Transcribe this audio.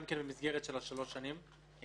גם במסגרת שלוש השנים.